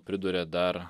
priduria dar